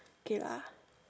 okay lah